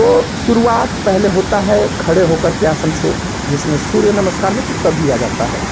तो शुरुआत पहले होता है खड़े होकर के आसन से जिसमें सूर्य नमस्कार में तो सभी आ जाता है